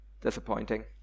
disappointing